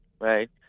right